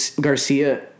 Garcia